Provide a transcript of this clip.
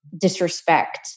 disrespect